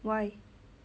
why